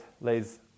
lays